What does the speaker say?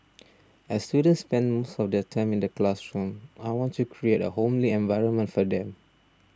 as students spend most of their time in the classroom I want to create a homely environment for them